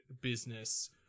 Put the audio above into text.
business